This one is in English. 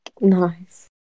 Nice